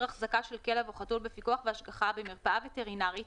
החזקה של כלב או חתול בפיקוח והשגחה במרפאה וטרינרית